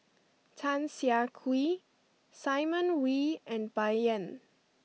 Tan Siah Kwee Simon Wee and Bai Yan